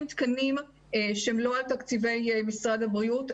תקנים שהם לא על תקציבי משרד הבריאות,